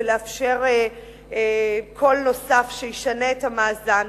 ולאפשר קול נוסף שישנה את המאזן.